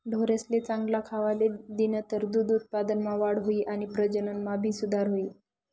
ढोरेसले चांगल खावले दिनतर दूध उत्पादनमा वाढ हुई आणि प्रजनन मा भी सुधार हुई